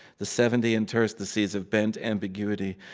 the seventy interstices of bent ambiguity.